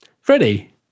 Freddie